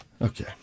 Okay